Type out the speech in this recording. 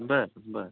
बरं बरं